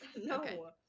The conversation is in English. No